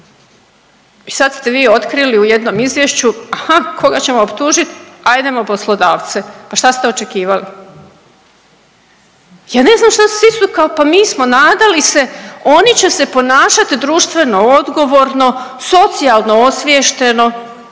I sad ste vi otkrili u jednom izvješću aha, koga ćemo optužiti, hajdemo poslodavce. Pa šta ste očekivali? Ja ne znam šta su, svi su pa mi smo nadali se oni će se ponašati društveno odgovorno, socijalno osviješteno.